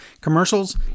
commercials